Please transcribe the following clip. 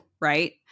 right